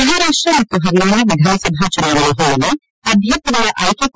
ಮಹಾರಾಷ್ಟ್ ಮತ್ತು ಹರಿಯಾಣ ವಿಧಾನಸಭಾ ಚುನಾವಣೆ ಹಿನ್ನೆಲೆ ಅಭ್ಯರ್ಥಿಗಳ ಆಯ್ನೆ ು